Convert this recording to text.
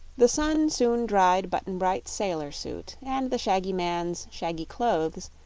the sun soon dried button-bright's sailor suit and the shaggy man's shaggy clothes,